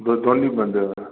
मतलब दौनें बंदे दा